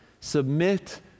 submit